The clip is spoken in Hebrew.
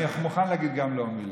אני מוכן לומר גם לו מילה,